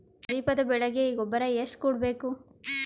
ಖರೀಪದ ಬೆಳೆಗೆ ಗೊಬ್ಬರ ಎಷ್ಟು ಕೂಡಬೇಕು?